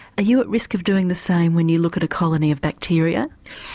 you at risk of doing the same when you look at a colony of bacteria?